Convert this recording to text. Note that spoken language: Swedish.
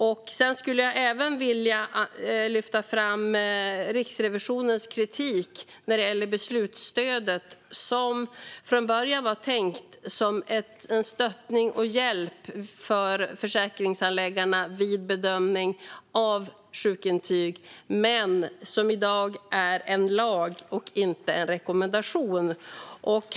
Jag skulle även vilja lyfta fram Riksrevisionens kritik när det gäller beslutsstödet. Det var från början tänkt som en stöttning och hjälp för försäkringshandläggarna vid bedömning av sjukintyg, men i dag är det en lag och inte en rekommendation.